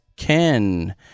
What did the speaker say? Ken